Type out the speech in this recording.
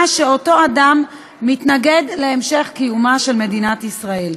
שאותו אדם מתנגד להמשך קיומה של מדינת ישראל,